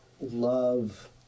love